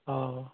অঁ